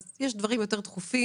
אז יש דברים יותר דחופים,